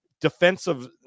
defensive